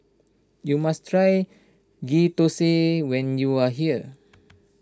you must try Ghee Thosai when you are here